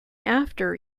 after